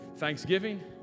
thanksgiving